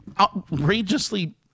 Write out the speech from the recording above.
outrageously